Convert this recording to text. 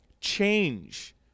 change